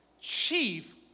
chief